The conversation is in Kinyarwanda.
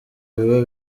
biba